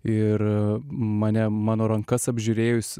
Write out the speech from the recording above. ir mane mano rankas apžiūrėjus